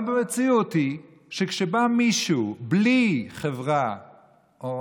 אבל המציאות היא שכשבא מישהו בלי חברה, או